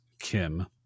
kim